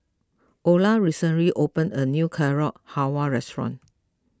Olar recently opened a new Carrot Halwa restaurant